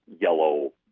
yellow